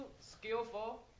skillful